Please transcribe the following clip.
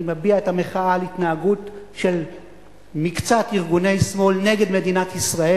אני מביע את המחאה על התנהגות של מקצת ארגוני שמאל נגד מדינת ישראל.